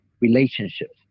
relationships